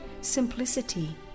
simplicity